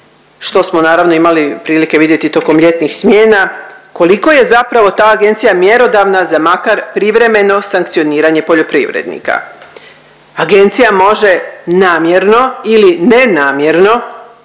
što smo naravno imali prilike vidjeti tokom ljetnih smjena, koliko je zapravo ta agencija mjerodavna za makar privremeno sankcioniranje poljoprivrednika. Agencija može namjerno ili nenamjerno